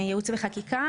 ייעוץ וחקיקה,